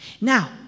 Now